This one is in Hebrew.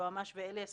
היועמ"ש ואלי מהרכבות,